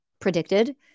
predicted